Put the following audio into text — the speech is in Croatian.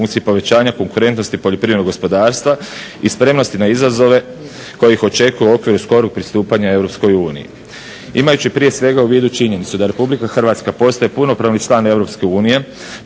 Hrvatska postaje punopravni član